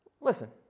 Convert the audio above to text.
Listen